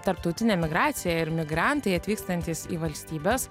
tarptautinė migracija ir migrantai atvykstantys į valstybes